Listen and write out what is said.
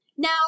Now